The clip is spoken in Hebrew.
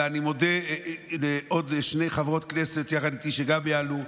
ואני מודה לעוד שתי חברות כנסת שגם יעלו,